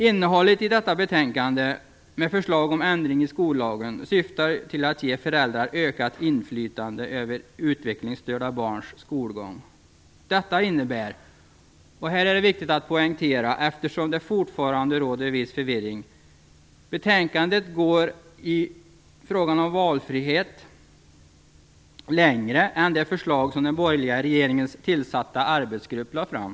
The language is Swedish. Innehållet i detta betänkande, med förslag om ändringar i skollagen, syftar till att ge föräldrar ökat inflytande över utvecklingsstörda barns skolgång. Detta innebär - och det är viktigt att poängtera, eftersom det fortfarande råder viss förvirring - att betänkandet går längre i frågan om valfrihet än det förslag som den borgerliga regeringens tillsatta arbetsgrupp lade fram.